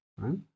right